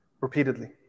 repeatedly